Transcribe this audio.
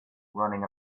running